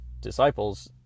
disciples